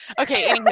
okay